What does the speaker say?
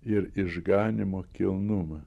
ir išganymo kilnumą